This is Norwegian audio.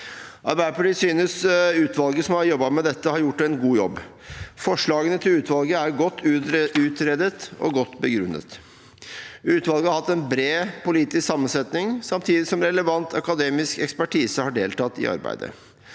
Arbeiderpartiet synes utvalget som har jobbet med dette, har gjort en god jobb. Forslagene til utvalget er godt utredet og godt begrunnet. Utvalget har hatt en bred politisk sammensetning, samtidig som relevant akademisk ekspertise har deltatt i arbeidet.